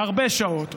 הרבה שעות.